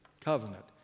Covenant